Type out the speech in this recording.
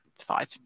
five